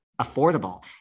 affordable